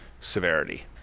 severity